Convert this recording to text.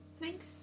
thanks